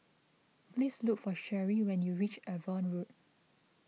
please look for Sheri when you reach Avon Road